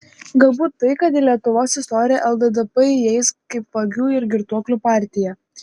galbūt tai kad į lietuvos istoriją lddp įeis kaip vagių ir girtuoklių partija